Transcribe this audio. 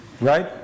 Right